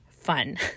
fun